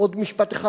עוד משפט אחד.